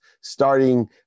starting